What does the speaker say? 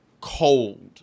cold